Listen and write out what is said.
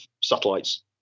satellites